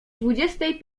dwudziestej